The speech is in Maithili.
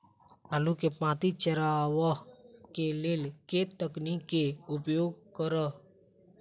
आलु केँ पांति चरावह केँ लेल केँ तकनीक केँ उपयोग करऽ?